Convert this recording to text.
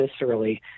viscerally